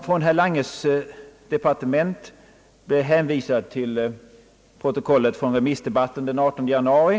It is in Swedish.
Från herr Langes departement blev jag hänvisad till protokollet från remissdebatten den 18 januari.